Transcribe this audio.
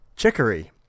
chicory